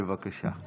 אבל בסדר,